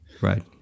Right